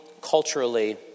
culturally